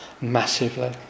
Massively